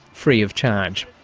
free of charge.